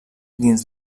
dins